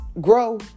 grow